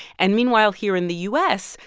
and meanwhile, here in the u s,